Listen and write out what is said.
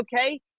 Okay